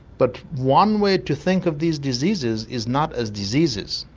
but one way to think of these diseases is not as diseases,